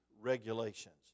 regulations